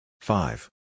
Five